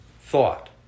thought